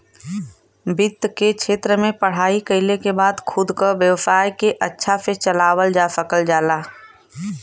वित्त के क्षेत्र में पढ़ाई कइले के बाद खुद क व्यवसाय के अच्छा से चलावल जा सकल जाला